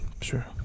Sure